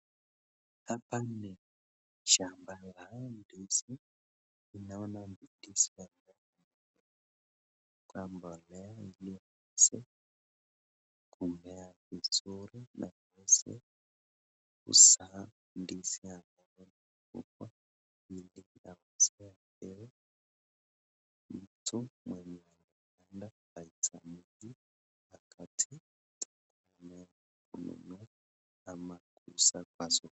Hapa ni shamba la ndizi ninaona ndizi ya zimeweza kumea vizuri kusahau ndizi ya mtu ya kati.